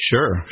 Sure